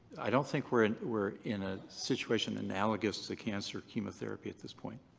i don't think we're in we're in a situation analogous to cancer chemotherapy at this point.